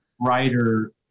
writer